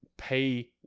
pay